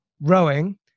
rowing